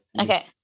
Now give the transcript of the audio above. Okay